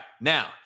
now